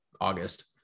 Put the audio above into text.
August